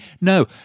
No